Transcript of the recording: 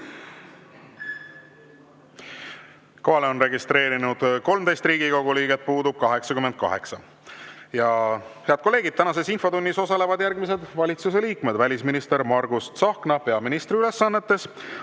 on registreerunud 13 Riigikogu liiget, puudub 88. Head kolleegid, tänases infotunnis osalevad järgmised valitsuse liikmed: välisminister Margus Tsahkna peaministri ülesannetes,